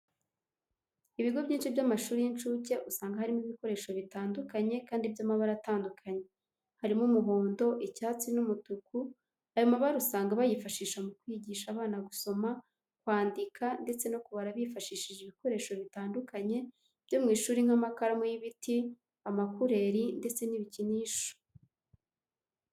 Ibigo byinci by'amashuri y'incucye usanga harimo ibikoresho bitandukanye kandi by'amabara atandukanye .Harimo umuhondo, icyatsi n'umutuku, ayo mabara usanga bayifashisha mu kwigisha abana gusoma, kwandika, ndetse no kubara bifashishije ibikoresho bitandukanye byo mu ishuri nk'amakaramu y'ibiti, amakureri ndetse n'ibicyinisho.